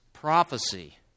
Prophecy